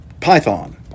python